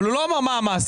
אבל הוא לא אמר מה המעשה,